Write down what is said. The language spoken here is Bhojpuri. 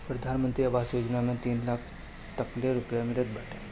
प्रधानमंत्री आवास योजना में तीन लाख तकले रुपिया मिलत बाटे